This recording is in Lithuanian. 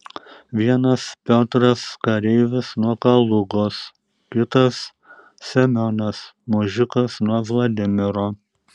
vienas piotras kareivis nuo kalugos kitas semionas mužikas nuo vladimiro